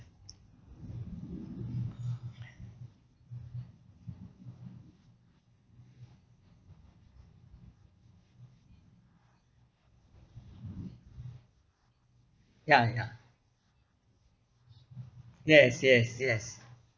ya ya yes yes yes